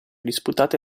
disputate